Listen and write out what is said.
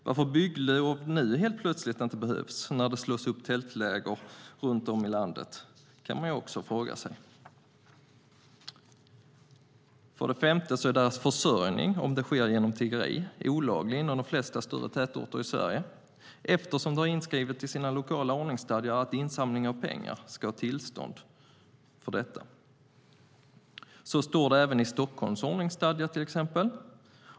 Varför bygglov helt plötsligt inte behövs, när det slås upp tältläger runt om i landet, kan man också fråga sig. För det femte är dessa människors försörjning, om den sker genom tiggeri, olaglig i de flesta större tätorter i Sverige, eftersom de har inskrivet i sina lokala ordningsstadgor att man ska ha tillstånd för insamling av pengar. Så står det även i Stockholms ordningsstadga, till exempel.